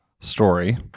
story